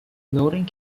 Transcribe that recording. loading